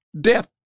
death